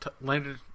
landed